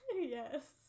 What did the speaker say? Yes